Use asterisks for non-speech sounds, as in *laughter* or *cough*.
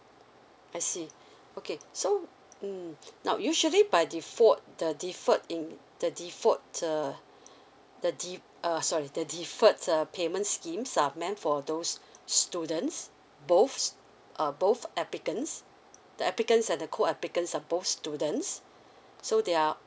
I see *breath* okay so mm *breath* now usually by default the deferred in the default uh *breath* the de~ uh sorry the deferred uh payment scheme are meant for those *breath* students both uh both applicants the applicants and the core applicants are both students *breath* so they are